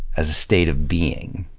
as a state of being.